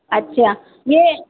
اچھا یہ